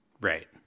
Right